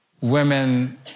women